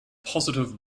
positive